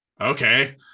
okay